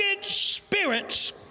spirits